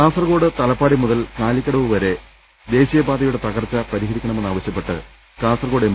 കാസർകോട് തലപ്പാടിമുതൽ കാലിക്കടവ്വരെ ദേശീയപാതയുടെ തകർച്ച പരിഹരിക്കണമെന്നാവശ്യപ്പെട്ട് കാസർകോട് എം